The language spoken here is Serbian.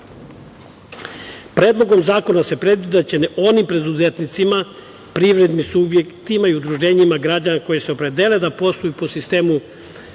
zakona se predviđa da će onim preduzetnicima, privrednim subjektima i udruženjima građana koji se opredele da posluju po sistemu